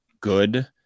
good